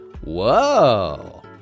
Whoa